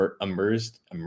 immersed